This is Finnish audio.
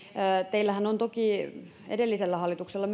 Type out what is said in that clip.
teillähän edellisellä hallituksella on